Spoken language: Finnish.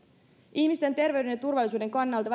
ihmisten terveyden ja turvallisuuden kannalta